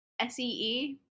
S-E-E